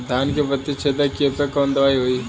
धान के पत्ती छेदक कियेपे कवन दवाई होई?